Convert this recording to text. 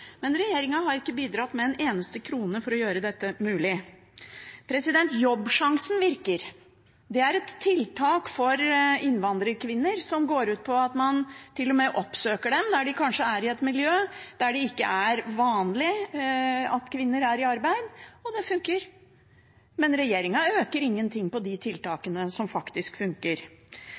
men regjeringen har ikke bidratt med en eneste krone for å gjøre dette mulig. Jobbsjansen virker. Det er et tiltak for innvandrerkvinner som går ut på at man til og med oppsøker dem der de er, kanskje i et miljø hvor det ikke er vanlig at kvinner er i arbeid. Og det funker. Men regjeringen øker ingenting på de